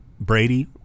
Brady